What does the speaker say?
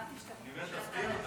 אני אומר שתפתיע אותנו,